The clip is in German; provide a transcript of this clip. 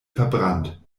verbrannt